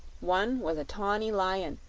one was a tawny lion,